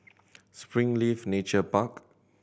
Springleaf Nature Park